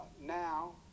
now